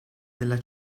della